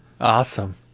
Awesome